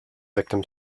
victim